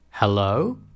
Hello